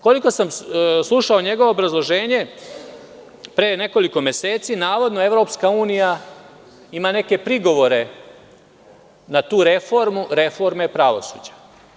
Koliko sam slušao njegovo obrazloženje, pre nekoliko meseci, navodno EU ima neke prigovore na tu reformu reforme pravosuđa.